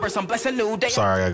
Sorry